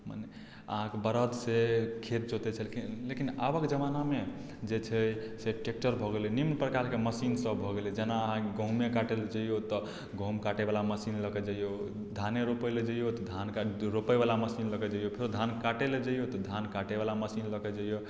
मने अहाँकेँ बरदसँ खेत जोतैत छलखिन लेकिन आबक जमानामे जे छै से ट्रेक्टर भऽ गेलै भिन्न प्रकारके मशीनसभ भऽ गेलै जेना गहुँमे काटय लेल जइयौ तऽ गहुँम काटयवला मशीन लऽ कऽ जइयौ धाने रोपय लेल जइयौ तऽ धान रोपयवला मशीन लऽ कऽ जइयौ फेर धान काटय लेल जइयौ तऽ धान काटयवला मशीन लऽ कऽ जइयौ